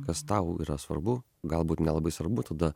kas tau yra svarbu galbūt nelabai svarbu tada